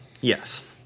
Yes